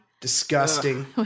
Disgusting